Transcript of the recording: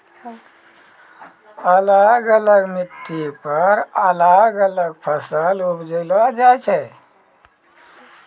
अलग अलग मिट्टी पर अलग अलग फसल उपजैलो जाय छै